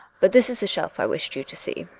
but this is the shelf i wished you to see.